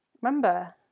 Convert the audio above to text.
remember